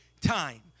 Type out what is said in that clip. time